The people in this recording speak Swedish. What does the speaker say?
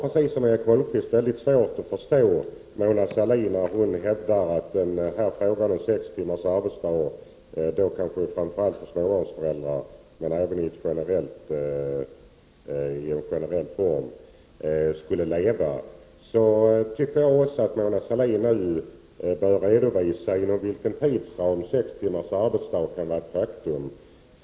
Liksom Erik Holmkvist har jag mycket svårt att förstå Mona Sahlin när hon hävdar att frågan om sex timmars arbetsdag, kanske framför allt för småbarnsföräldrar men även i en generell form, lever. Mona Sahlin bör nu redovisa inom vilken tidsram sex timmars arbetsdag kan vara ett faktum.